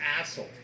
asshole